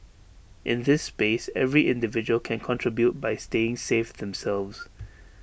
in this space every individual can contribute by staying safe themselves